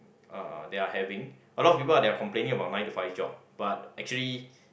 uh they're having a lot of people they're complaining about the nine to five job but actually